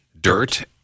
dirt